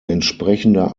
entsprechender